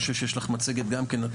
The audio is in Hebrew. אני חושב שיש לך מצגת גם כן,